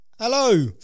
Hello